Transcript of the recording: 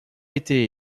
été